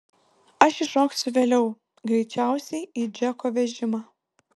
aš įšoksiu vėliau greičiausiai į džeko vežimą